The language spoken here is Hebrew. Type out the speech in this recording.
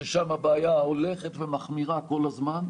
ששם הבעיה הולכת ומחמירה כל הזמן.